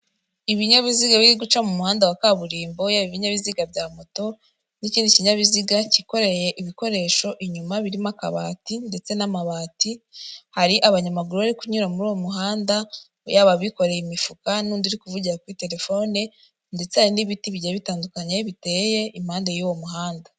Ibinyabiziga biri guca mu muhanda wa kaburimbo, ya ibinyabiziga bya moto, n'ikindi kinyabiziga cyikoreye ibikoresho, inyuma birimo akabati ndetse n'amabati, hari abanyamaguru bari kunyura muri uwo muhanda, yaba abikoreye imifuka, n'undi uri kuvugira kuri telefone, ndetse hari n'ibiti bigiye bitandukanye biteye impande y'uwo muhanda.